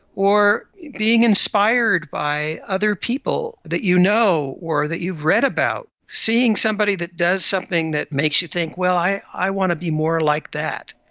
or being inspired by other people that you know, or that you've read about, seeing somebody that does something that makes you think, well, i i want to be more like that.